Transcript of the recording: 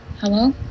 Hello